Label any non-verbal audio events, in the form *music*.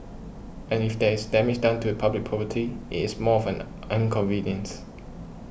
and if there is damage done to a public property it is more of an *unintelligible*